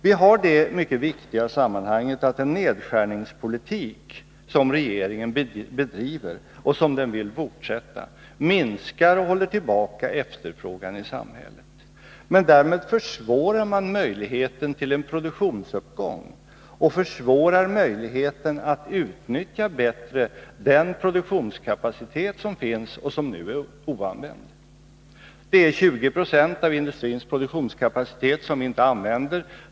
Vi har det mycket viktiga sammanhanget att den nedskärningspolitik som regeringen bedriver och som den vill fortsätta att bedriva minskar och håller tillbaka efterfrågan i samhället. Men därmed försvårar man möjligheten till en produktionsuppgång och försvårar möjligheten att bättre utnyttja den produktionskapacitet som finns och som nu är oanvänd. Det är 20 90 av industrins produktionskapacitet som vi inte använder.